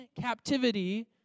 captivity